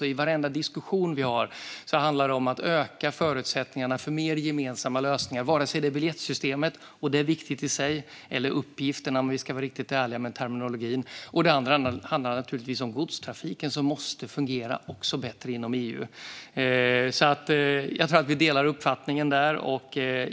I varenda diskussion vi har handlar det om att öka förutsättningarna för mer gemensamma lösningar vare sig det är biljettsystemet, och det är viktigt i sig, eller uppgifterna, om vi ska vara riktigt ärliga med terminologin. Det handlar också om godstrafiken som måste fungera bättre inom EU. Jag tror att vi delar uppfattning där.